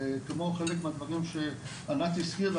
כמו חלק מהדברים שענת הזכירה,